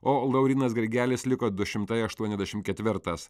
o laurynas grigelis liko du šimtai aštuoniasdešim ketvirtas